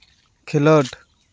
ᱠᱷᱮᱞᱚᱸᱰ